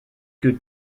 que